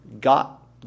got